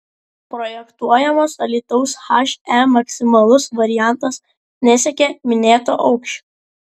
projektuojamos alytaus he maksimalus variantas nesiekia minėto aukščio